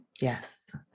Yes